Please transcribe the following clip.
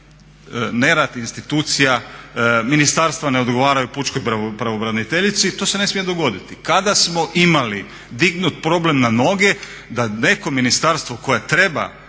nerad institucija, ministarstva ne odgovaraju pučkoj pravobraniteljici i to se ne smije dogoditi. Kada smo imali dignut problem na noge da neko ministarstvo koje treba